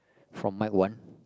from mic one